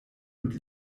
und